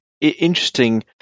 interesting